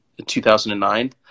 2009